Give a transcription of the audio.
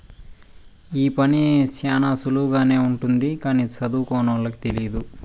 ఈ పని శ్యానా సులువుగానే ఉంటది కానీ సదువుకోనోళ్ళకి తెలియదు